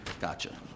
gotcha